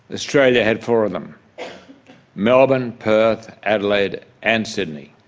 australia had four of them melbourne, perth, adelaide and sydney.